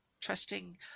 Trusting